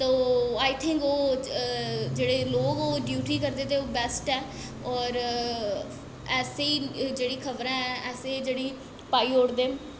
आई think ओह् लोग ओह् डयूटी करदे ते ओह् बैस्ट ऐ होर ऐसी जेह्ड़ी खबरां न ऐसी पाई ओड़दे न